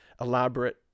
elaborate